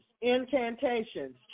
incantations